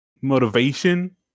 Motivation